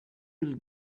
will